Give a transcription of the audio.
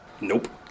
Nope